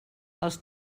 els